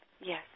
Yes